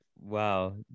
Wow